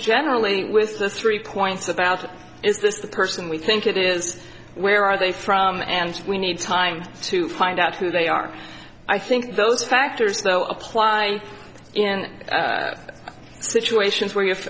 generally with the three points about is this the person we think it is where are they from and we need time to find out who they are i think those factors apply in situations where you have